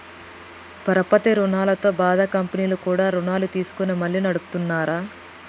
పరపతి రుణాలతో బాధ కంపెనీలు కూడా రుణాలు తీసుకొని మళ్లీ నడుపుతున్నార